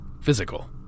physical